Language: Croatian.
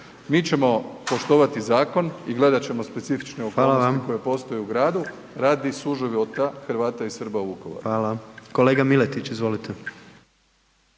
Mi ćemo poštovati zakon i gledat ćemo specifične okolnosti koje postoje u gradu radi suživota Hrvata i Srba u Vukovara.